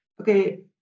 okay